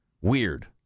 Weird